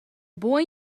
boy